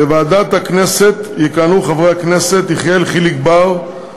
בוועדת הכנסת יכהנו חברי הכנסת יחיאל חיליק בר,